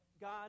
God